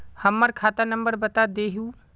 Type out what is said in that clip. हमर खाता नंबर बता देहु?